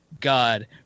God